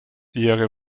ihre